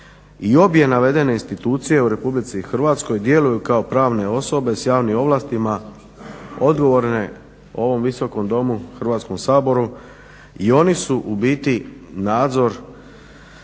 I obje navedene institucije u RH djeluju kao pravne osobe s javnim ovlastima odgovorne ovom Visokom domu Hrvatskom saboru i oni su u biti nadzor